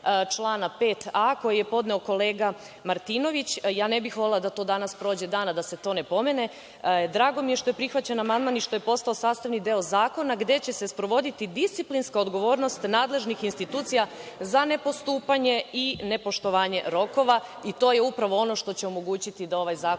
člana 5a, koji je podneo kolega Martinović. Ja ne bih volela da danas prođe dan a da se to ne pomene. Drago mi je što je prihvaćen amandman i što je postao sastavni deo zakona, gde će se sprovoditi disciplinska odgovornost nadležnih institucija za nepostupanje i nepoštovanje rokova. To je upravo ono što će omogućiti da ovaj zakon